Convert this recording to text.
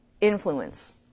Influence